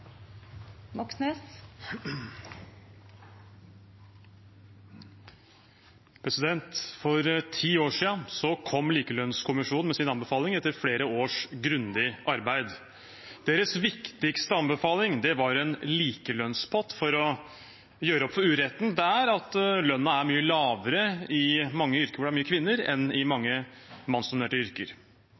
For ti år siden kom likelønnskommisjonen med sin anbefaling, etter flere års grundig arbeid. Deres viktigste anbefaling var en likelønnspott for å gjøre opp for den uretten det er at lønna er mye lavere i mange yrker hvor det er mange kvinner, enn i mange mannsdominerte yrker.